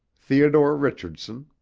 theodore richardson,